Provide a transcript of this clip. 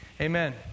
Amen